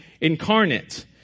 incarnate